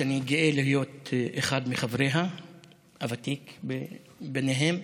שאני גאה להיות אחד מחבריה והוותיק ביניהם,